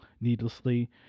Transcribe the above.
needlessly